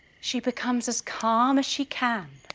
she becomes as calm as she can.